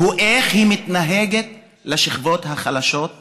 הוא איך היא מתנהגת לשכבות החלשות שבה,